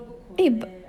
eh but